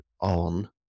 on